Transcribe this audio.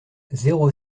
zéro